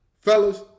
Fellas